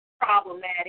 problematic